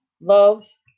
Loves